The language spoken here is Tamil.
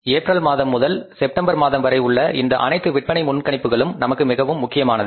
ஏப்ரல் மாதம் முதல் செப்டம்பர் மாதம் வரை உள்ள இந்த அனைத்து விற்பனை முன்கணிப்புகளும் நமக்கு மிகவும் முக்கியமானது